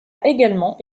également